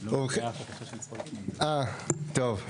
טוב.